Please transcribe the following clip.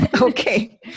Okay